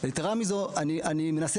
אני מנסה